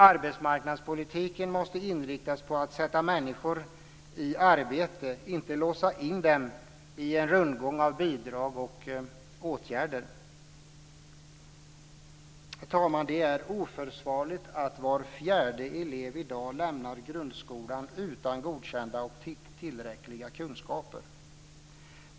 Arbetsmarknadspolitiken måste inriktas på att sätta människor i arbete, inte låsa in dem i en rundgång av bidrag och åtgärder. Herr talman! Det är oförsvarligt att var fjärde elev i dag lämnar grundskolan utan godkända betyg och tillräckliga kunskaper.